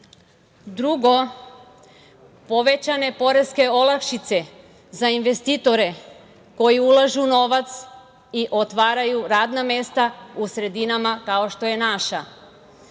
Drugo, povećane poreske olakšice za investitore koji ulažu novac i otvaraju radna mesta u sredinama kao što je naša.